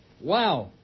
Wow